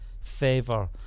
favor